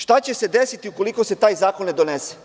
Šta će se desiti ukoliko se taj zakon ne donese?